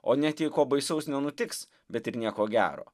o net jei ko baisaus nenutiks bet ir nieko gero